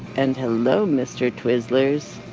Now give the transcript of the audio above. and hello, mr. twizzlers